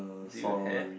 do you hair